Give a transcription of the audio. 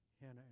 Hannah